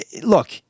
look